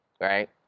Right